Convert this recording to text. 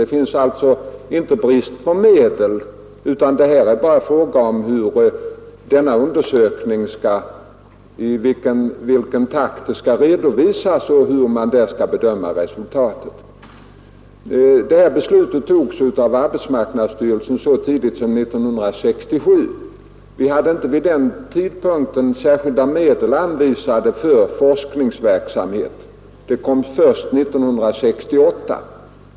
Det råder alltså inte brist på medel, utan det är bara fråga om i vilken takt denna undersökning skall redovisas och hur man skall bedöma resultatet. Beslutet om undersökningen fattades av arbetsmarknadsstyrelsen så tidigt som 1967. Vi hade inte vid den tidpunkten särskilda medel anvisade för forskningsverksamhet; de kom först 1968.